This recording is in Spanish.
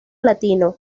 latino